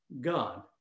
God